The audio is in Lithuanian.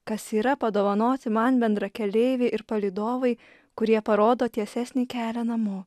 kas yra padovanoti man bendrakeleiviai ir palydovai kurie parodo tiesesnį kelią namo